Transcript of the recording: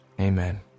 Amen